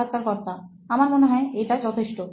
সাক্ষাৎকারকর্তা আমার মনে হয় এটা যথেষ্ট